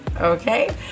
okay